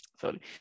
Sorry